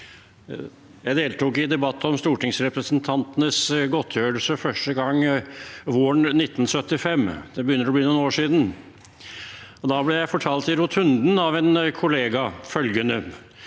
Jeg deltok i debatten om stortingsrepresentantenes godtgjørelse første gang våren 1975, det begynner å bli noen år siden. Da ble jeg fortalt følgende i rotunden av en kollega: Det